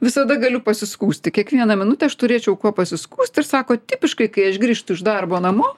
visada galiu pasiskųsti kiekvieną minutę aš turėčiau kuo pasiskųsti ir sako tipiškai kai aš grįžtu iš darbo namo